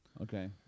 Okay